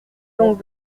donc